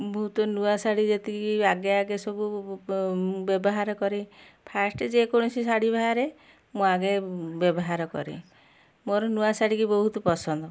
ମୁଁ ତ ନୂଆ ଶାଢ଼ୀ ଯେତିକି ଆଗେ ଆଗେ ସବୁ ବ୍ୟବହାର କରେ ଫାଷ୍ଟେ ଯେ କୌଣସି ଶାଢ଼ୀ ବାହାରେ ମୁଁ ଆଗେ ବ୍ୟବହାର କରେ ମୋର ନୂଆ ଶାଢ଼ୀ କି ବହୁତ ପସନ୍ଦ